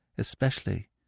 especially